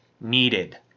needed